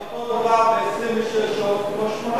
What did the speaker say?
זה אותו דבר ב-26 שעות או ב-18.